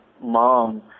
mom